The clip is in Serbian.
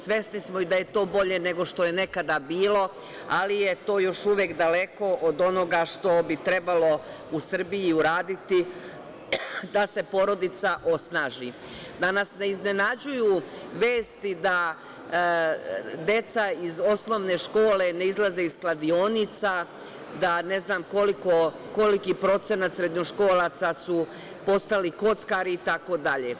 Svesni smo i da je to bolje nego što je nekada bilo, ali je to još uvek daleko od onoga što bi trebalo u Srbiji uraditi da se porodica osnaži, da nas ne iznenađuju vesti da deca iz osnovne škole ne izlaze iz kladionica, da ne znamo koliki procenat srednjoškolaca su postali kockari itd.